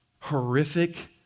horrific